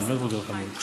אני באמת מודה לך מאוד.